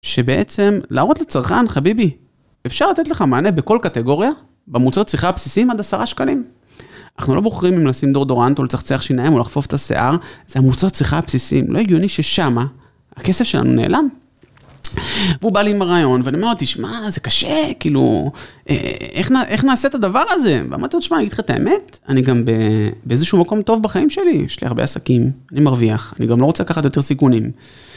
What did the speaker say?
שבעצם להראות לצרכן, חביבי, אפשר לתת לך מענה בכל קטגוריה? במוצר צריכה הבסיסיים עד עשרה שקלים? אנחנו לא בוחרים אם נשים דורדורנט או לצחצח שיניים או לחפוף את השיער, זה המוצר צריכה הבסיסיים. לא הגיוני ששמה, הכסף שלנו נעלם. והוא בא לי עם הרעיון, ואני אומר לו, תשמע, זה קשה, כאילו, איך נעשה את הדבר הזה? ואמרתי לו, תשמע, אני אגיד לך את האמת, אני גם באיזשהו מקום טוב בחיים שלי, יש לי הרבה עסקים, אני מרוויח, אני גם לא רוצה לקחת יותר סיכונים.